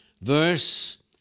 verse